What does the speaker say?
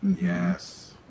yes